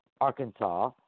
Arkansas